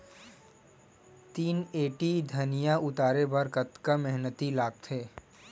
तीन एम.टी धनिया उतारे बर कतका मेहनती लागथे?